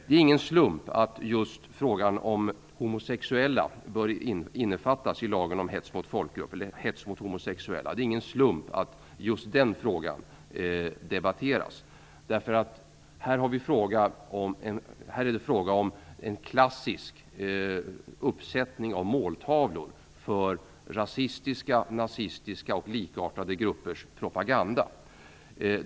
Det är ingen slump att just frågan om en lag mot hets mot homosexuella debatteras. Här är det nämligen fråga om en klassisk uppsättning av måltavlor för rasistiska, nazistiska och likartade gruppers propaganda.